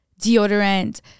deodorant